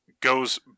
goes